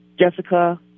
Jessica